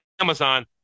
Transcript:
Amazon